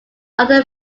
other